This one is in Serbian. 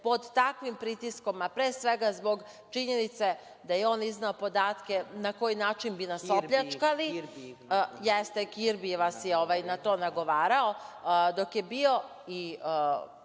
pod takvim pritiskom, a pre svega zbog činjenice da je on izneo podatke na koji način bi nas opljačkali… Kirbi vas je na to nagovarao. Znači, mi smo